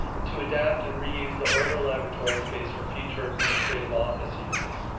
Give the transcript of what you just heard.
and to adapt and reuse the older laboratory space for future administrative office uses.